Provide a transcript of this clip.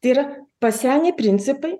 tai yra pasenę principai